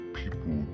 people